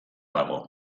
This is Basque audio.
dago